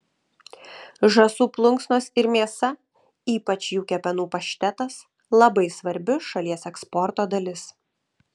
žąsų plunksnos ir mėsa ypač jų kepenų paštetas labai svarbi šalies eksporto dalis